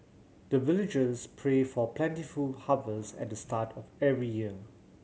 the villagers pray for plentiful harvest at the start of every year